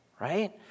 right